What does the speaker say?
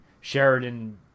Sheridan